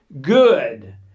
good